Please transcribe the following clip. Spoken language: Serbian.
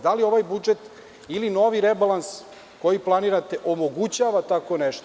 Da li ovaj budžet ili novi rebalans, koji planirate, omogućava tako nešto.